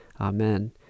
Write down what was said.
Amen